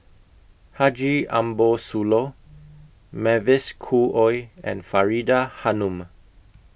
Haji Ambo Sooloh Mavis Khoo Oei and Faridah Hanum